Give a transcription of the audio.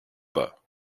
pas